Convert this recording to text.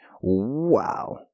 Wow